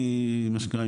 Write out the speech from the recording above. אני מה שנקרא,